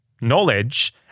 knowledge